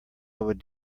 would